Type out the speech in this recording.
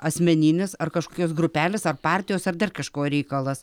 asmeninis ar kažkokios grupelės ar partijos ar dar kažko reikalas